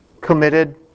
committed